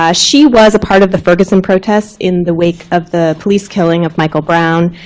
ah she was a part of the ferguson protests in the wake of the police killing of michael brown,